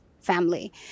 family